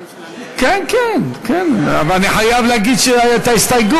כן כן, כן, אבל אני חייב להגיד את ההסתייגות.